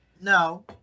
No